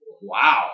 Wow